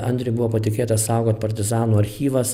andriui buvo patikėta saugot partizanų archyvas